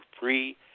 free